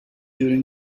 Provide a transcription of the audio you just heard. during